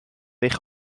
eich